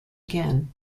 again